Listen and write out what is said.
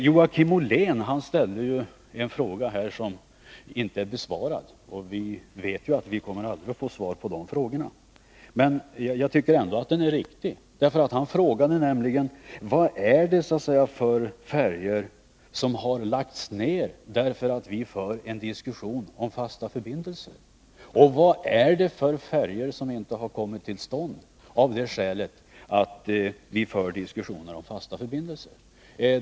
Joakim Ollén ställer här två frågor som inte har blivit besvarade, och vi vet att vi aldrig kommer att få något svar på den. Jag tycker ändå att de frågorna är riktiga. Joakim Ollén frågade nämligen: Vad är det för färjor som har lagts ner på grund av att vi för en diskussion om fasta förbindelser? Och vad är det för färjor som inte har kommit till stånd av det skälet att vi för diskussioner om fasta förbindelser?